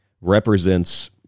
represents